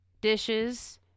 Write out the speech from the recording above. dishes